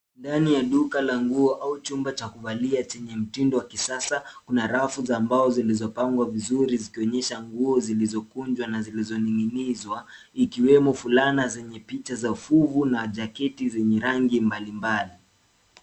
Ndani ya duka la nguo au chumba cha kulalia chenye mtindo wa kisasa kuna rafu za mbao zilizopangwa vizuri zikionyesha nguo zilizokunjwa na zilizoning'inizwa ikiwemo fulana zenye picha za fuvu na jaketi zenye rangi mbalimbali.